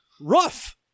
rough